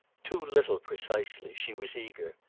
too little, precisely she was eager.